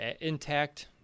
intact